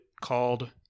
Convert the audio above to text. called